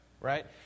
right